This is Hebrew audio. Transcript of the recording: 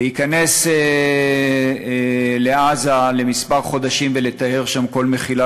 להיכנס לעזה לכמה חודשים ולטהר שם כל מחילה,